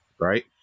right